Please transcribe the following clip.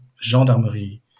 Gendarmerie